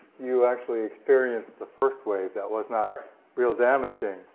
you actually experienced the first wave that was not real damaging.